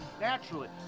Naturally